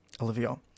Olivia